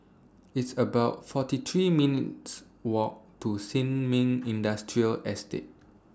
It's about forty three minutes' Walk to Sin Ming Industrial Estate